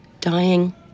dying